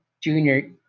junior